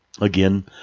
again